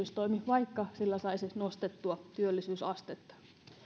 kestävä työllisyystoimi vaikka sillä saisi nostettua työllisyysastetta